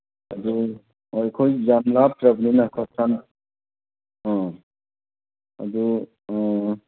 ꯑꯗꯨ ꯍꯣꯏ ꯑꯩꯈꯣꯏ ꯌꯥꯝ ꯂꯥꯞꯇ꯭ꯔꯕꯅꯤꯅ ꯈꯛꯇꯪ ꯑꯥ ꯑꯗꯨ